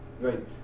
Right